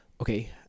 okay